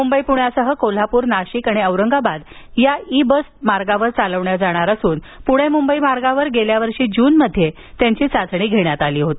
मुंबई पुण्यासह कोल्हापूर नाशिक आणि औरंगाबाद मार्गावर या इ बस चालवल्या जाणार असून पुणे मुंबई मार्गावर गेल्या वर्षी जूनमध्ये त्याची चाचणी घेण्यात आली होती